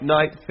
Night